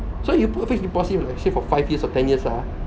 so you put in fixed deposit let's say for five years or ten years ah